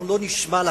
אנחנו לא נשמע לכם.